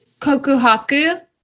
Kokuhaku